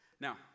Now